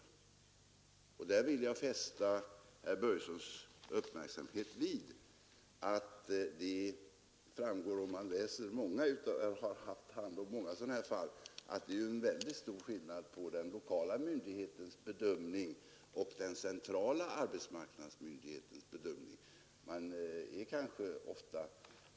Och där vill jag fästa herr Börjessons i Falköping uppmärksamhet på att om man har haft hand om många sådana här fall framgår det att det är mycket stor skillnad på den lokala myndighetens bedömning och de centrala arbetsmarknadsmyndigheternas bedömning.